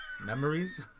Memories